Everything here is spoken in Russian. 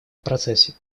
процессе